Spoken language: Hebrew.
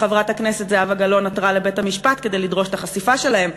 שחברת הכנסת זהבה גלאון עתרה לבית-המשפט כדי לדרוש את החשיפה שלהם,